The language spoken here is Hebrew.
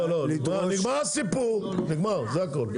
לא, נגמר הסיפור, נגמר, זה הכול.